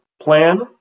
plan